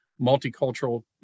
Multicultural